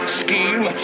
scheme